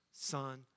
Son